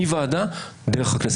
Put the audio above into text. מוועדה דרך הכנסת?